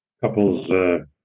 couples